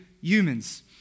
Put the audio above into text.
humans